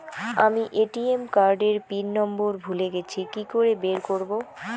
আমি ATM card এর pin number ভুলে গেছি কি করে বের করব?